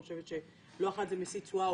אני חושבת שלא אחת זה משיא תשואה או